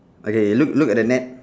okay look look at the net